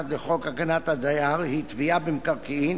לחוק הגנת הדייר היא תביעה במקרקעין